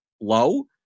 low